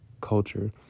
culture